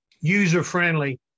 user-friendly